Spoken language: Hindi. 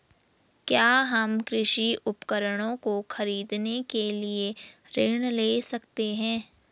क्या हम कृषि उपकरणों को खरीदने के लिए ऋण ले सकते हैं?